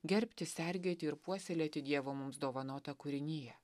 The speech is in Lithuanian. gerbti sergėti ir puoselėti dievo mums dovanotą kūriniją